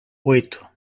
oito